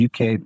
UK